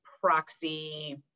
proxy